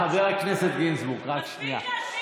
חבר הכנסת גינזבורג, רק שנייה.